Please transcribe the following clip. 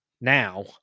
now